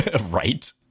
Right